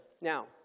Now